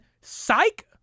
Psych